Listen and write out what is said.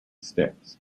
sticks